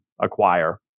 acquire